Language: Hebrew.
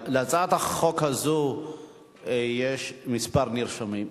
להצעת החוק הזאת יש כמה נרשמים.